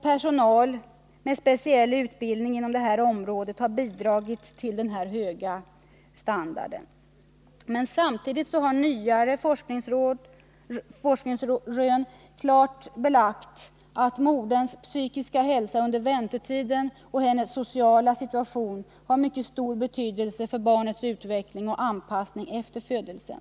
Personal med speciell utbildning inom det här området har bidragit till denna höga standard. Men samtidigt har nyare forskningsrön klart belagt att moderns psykiska hälsa under väntetiden och hennes sociala situation har mycket stor betydelse för barnets utveckling och anpassning efter födelsen.